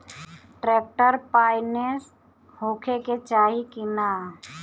Tractor पाईनेस होखे के चाही कि ना?